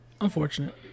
Unfortunate